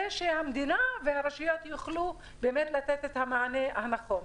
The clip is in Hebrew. שהמדינה והרשויות יוכלו באמת לתת את המענה הנכון.